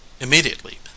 Immediately